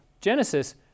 Genesis